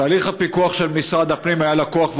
תהליך הפיקוח של משרד הפנים היה לקוי,